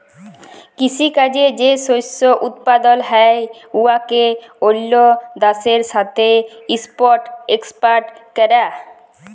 কিসি কাজে যে শস্য উৎপাদল হ্যয় উয়াকে অল্য দ্যাশের সাথে ইম্পর্ট এক্সপর্ট ক্যরা